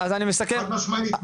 חד משמעית,